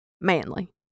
Manly